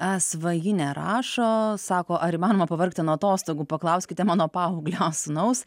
a svajinė rašo sako ar įmanoma pavargti nuo atostogų paklauskite mano paauglio sūnaus